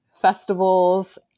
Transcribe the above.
festivals